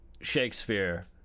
Shakespeare